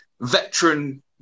veteran